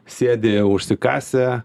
sėdi užsikasę